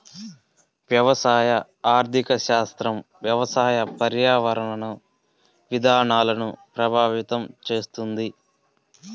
వ్యవసాయ ఆర్థిక శాస్త్రం వ్యవసాయ, పర్యావరణ విధానాలను ప్రభావితం చేస్తుంది